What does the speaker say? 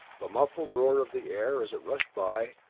the muffled roar of the air, as it rushed by,